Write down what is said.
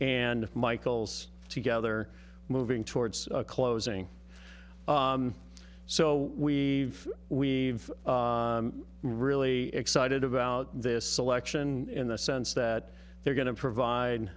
and michael's together moving towards closing so we've we've really excited about this selection in the sense that they're going to provide